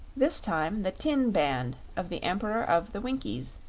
this time the tin band of the emperor of the winkies,